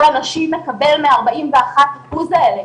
הנשים מקבל מהארבעים ואחד אחוז האלה.